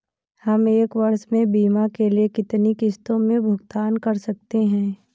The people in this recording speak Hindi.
हम एक वर्ष में बीमा के लिए कितनी किश्तों में भुगतान कर सकते हैं?